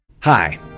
hi